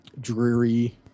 dreary